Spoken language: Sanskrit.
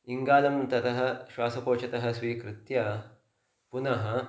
इङ्गालं ततः श्वासकोशतः स्वीकृत्य पुनः